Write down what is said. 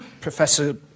Professor